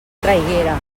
traiguera